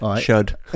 shud